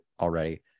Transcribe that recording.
already